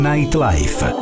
Nightlife